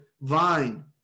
vine